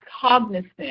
cognizant